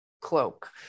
cloak